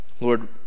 Lord